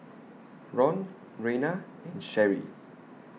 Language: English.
Ron Reina and Sherrie